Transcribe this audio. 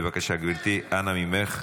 בבקשה, גברתי, אנא ממך.